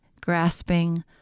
grasping